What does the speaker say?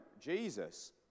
Jesus